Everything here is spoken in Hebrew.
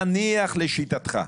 נניח לשיטתך,